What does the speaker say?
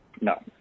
no